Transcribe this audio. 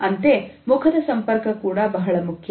ಅಂತೆ ಮುಖದ ಸಂಪರ್ಕ ಕೂಡ ಬಹಳ ಮುಖ್ಯ